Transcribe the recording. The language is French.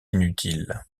inutile